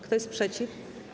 Kto jest przeciw?